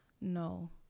No